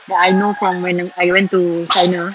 that I know from when I went to china